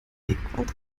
regenwald